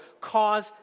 cause